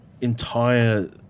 entire